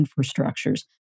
infrastructures